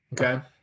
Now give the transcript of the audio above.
Okay